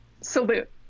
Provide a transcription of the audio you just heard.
Salute